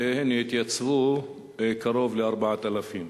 והתייצבו קרוב ל-4,000.